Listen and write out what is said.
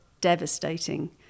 devastating